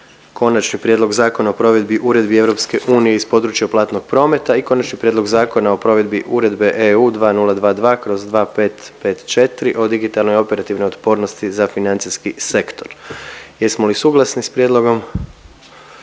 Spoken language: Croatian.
Konačni prijedlog zakona o provedbi uredbi Europske unije iz područja platnog prometa i - Konačni prijedlog zakona o provedbi uredbe (EU) 2022/2554 o digitalnoj operativnoj otpornosti za financijski sektor. Predlagatelj je